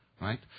right